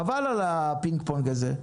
חבל על הפינג-פונג הזה.